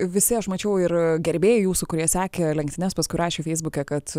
visi aš mačiau ir gerbėjai jūsų kurie sekė lenktynes paskui rašė feisbuke kad